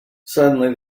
suddenly